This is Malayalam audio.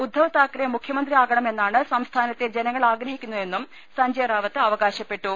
ഉദ്ധവ് താക്കറെ മുഖ്യമന്ത്രിയാകണമെന്നാണ് സംസ്ഥാനത്തെ ജനങ്ങൾ ആഗ്ര ഹിക്കുന്നതെന്നും സഞ്ജയ് റാവത്ത് അവകാശപ്പെട്ടു